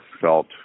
felt